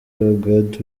hogard